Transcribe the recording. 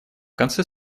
конце